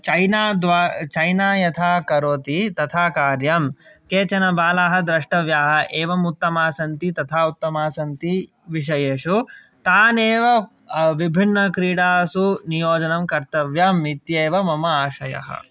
China चैना यथा करोति तथा कार्यं केचन बालाः द्रष्टव्याः एवम् उत्तमाः सन्ति तथा उत्तमाः सन्ति विषयेषु तान् एव विभिन्नक्रीडासु नियोजनं कर्तव्यम् इत्येव मम आशयः